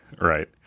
Right